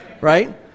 right